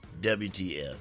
WTF